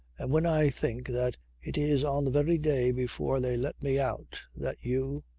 and when i think that it is on the very day before they let me out that you.